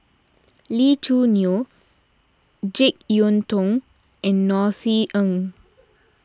Lee Choo Neo Jek Yeun Thong and Norothy Ng